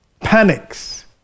panics